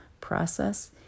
process